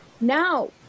Now